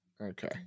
Okay